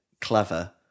clever